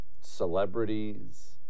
celebrities